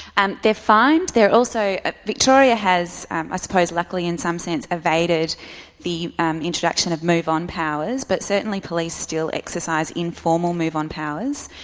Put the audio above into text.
and they're fined, they're also ah victoria has i suppose, luckily in some sense, evaded the introduction of move-on powers, but certainly police still exercise informal move-on powers.